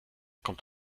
kommt